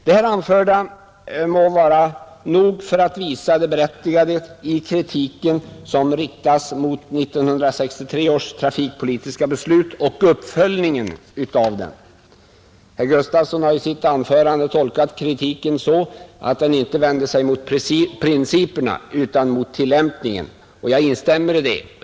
Det här anförda må vara nog för att visa det berättigade i kritiken som riktas mot 1963 års trafikpolitiska beslut och uppföljningen av det. Herr Gustafson i Göteborg har i sitt anförande tolkat kritiken så att den inte vänder sig mot principerna utan mot tillämpningen. Jag instämmer i det.